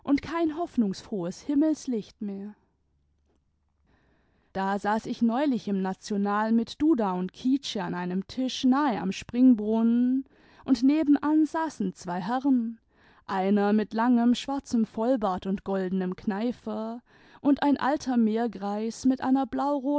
imd kein hoffnungsfrohes himmelslicht mehr da saß ich neulich im national mit duda und kietsche an einem tisch nahe am springbrunnen und nebenan saßen zwei herren einer mit langem schwarzem vollbart und goldenem kneifer und ein alter meergreis mit einer